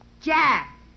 Jack